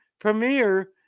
premiere